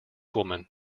woman